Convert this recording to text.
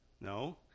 No